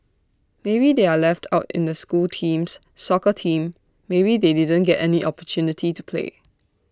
maybe they are left out in the school teams soccer team maybe they didn't get any opportunity to play